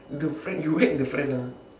the friend you whack the friend ah